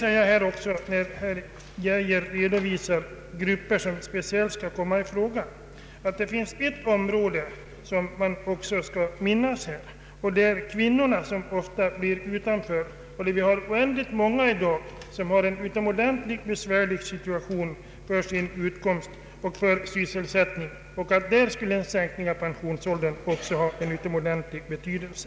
När herr Geijer redovisar grupper som speciellt kan komma i fråga för tidigare pensionering vill jag säga att man här även bör tänka på de många kvinnor som nu ställts utanför. Oändligt många kvinnor har i dag en utomordentligt besvärlig situation när det gäller utkomst och sysselsättning. För dem skulle en sänkning av pensionsåldern också ha en mycket stor betydelse.